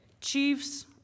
Chiefs